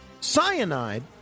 cyanide